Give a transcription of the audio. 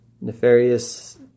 nefarious